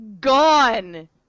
Gone